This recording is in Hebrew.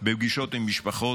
בפגישות עם משפחות.